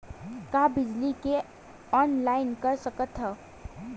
का बिजली के ऑनलाइन कर सकत हव?